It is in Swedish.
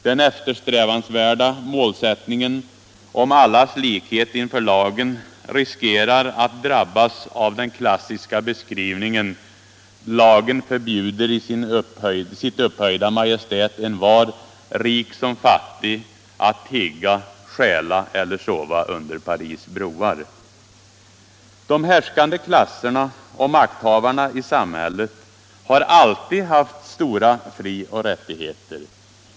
Den eftersträvansvärda målsättningen om allas likhet inför lagen riskerar att drabbas av den klassiska beskrivningen: ”Lagen förbjuder i sitt upphöjda majestät envar, rik som fattig, att tigga, stjäla eller sova under Paris broar.” De härskande klasserna och makthavarna i samhället har alltid haft stora frioch rättigheter.